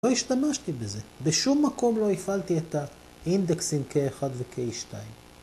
‫לא השתמשתי בזה, בשום מקום ‫לא הפעלתי את האינדקסים k1 וk2.